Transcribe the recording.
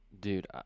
Dude